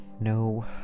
No